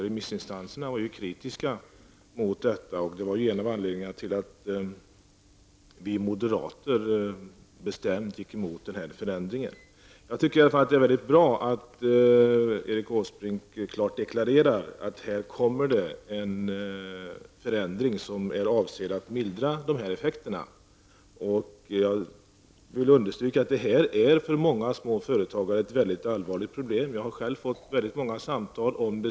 Remissinstanserna var ju kritiska, och detta var en av anledningarna till att vi moderater bestämt motsatte oss ändringen. Jag tycker emellertid att det är mycket bra att Erik Åsbrink klart deklarerar att det blir en ändring som skall mildra effekterna. Jag vill understryka att det här är ett mycket allvarligt problem för många små företagare.